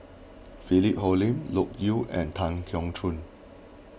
Philip Hoalim Loke Yew and Tan Keong Choon